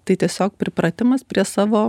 tai tiesiog pripratimas prie savo